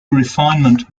refinement